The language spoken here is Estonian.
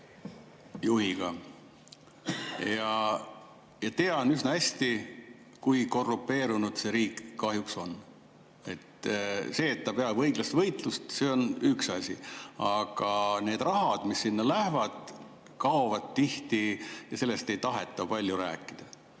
juhiga ja tean üsna hästi, kui korrumpeerunud see riik kahjuks on. See, et ta peab õiglast võitlust, on üks asi, aga need rahad, mis sinna lähevad, tihti kaovad. Sellest ei taheta palju rääkida.